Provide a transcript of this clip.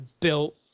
built